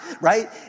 right